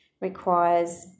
requires